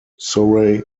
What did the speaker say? surrey